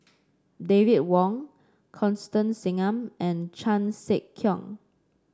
David Wong Constance Singam and Chan Sek Keong